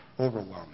Overwhelming